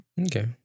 Okay